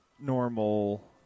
normal